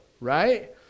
right